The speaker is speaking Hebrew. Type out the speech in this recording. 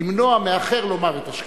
למנוע מאחר לומר את השקפתו,